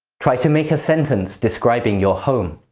try to make a sentence describing your home.